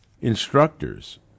instructors